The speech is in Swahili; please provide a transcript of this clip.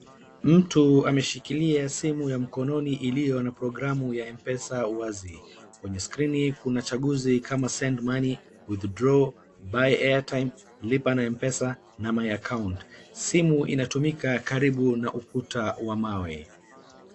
Mtu ameshikilia simu ya mkononi iliyo na programu ya M-pesa wazi. Kwenye skrini kuna chaguzi kama; Send Money, Withdraw, Buy airtime, , Lipa na M-pesa, na My Account . Simu inatumika karibu na ukuta wa mawe.